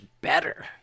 better